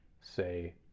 say